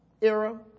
era